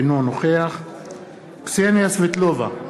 אינו נוכח קסניה סבטלובה,